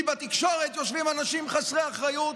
כי בתקשורת יושבים אנשים חסרי אחריות